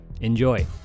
Enjoy